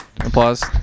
applause